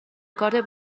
کارت